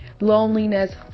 Loneliness